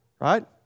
right